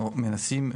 אנחנו מנסים,